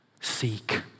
seek